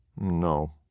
No